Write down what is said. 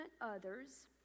others